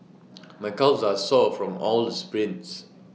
my calves are sore from all the sprints